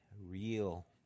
real